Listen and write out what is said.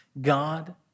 God